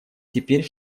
теперь